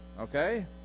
okay